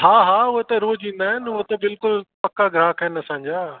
हा हा उहे त रोज़ु ईंदा आहिनि उहे त बिल्कुलु पका ग्राहकु आहिनि असांजा